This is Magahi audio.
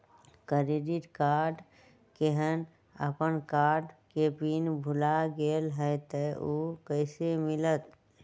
क्रेडिट कार्ड केहन अपन कार्ड के पिन भुला गेलि ह त उ कईसे मिलत?